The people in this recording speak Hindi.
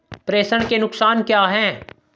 प्रेषण के नुकसान क्या हैं?